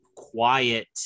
quiet